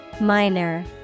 Minor